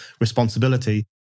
responsibility